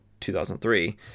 2003